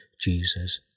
Jesus